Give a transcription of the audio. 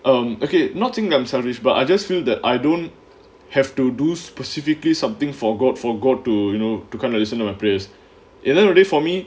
um okay not think that salaries but I just feel that I don't have to do specifically something for god for god to you know to kind of listen to my prayers isn't really for me